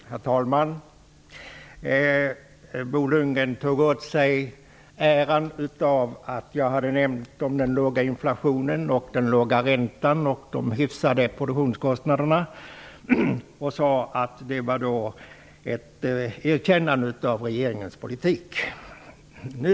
Herr talman! Bo Lundgren tog åt sig äran av den låga inflation, den låga ränta och de hyfsade produktionskostnader som jag nämnde och menade att det var fråga om ett erkännande av regeringens politik.